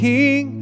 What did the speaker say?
King